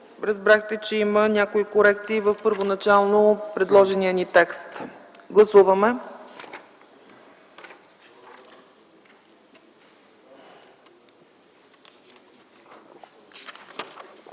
Разбрахте, че има някои корекции в първоначално предложения ни текст. Гласували